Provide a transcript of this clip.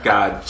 God